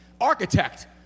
architect